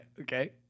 Okay